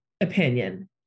opinion